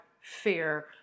fear